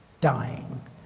Dying